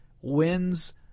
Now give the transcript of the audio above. wins